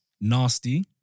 Nasty